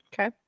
Okay